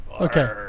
Okay